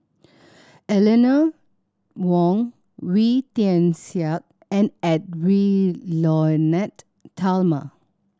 Eleanor Wong Wee Tian Siak and Edwy Lyonet Talma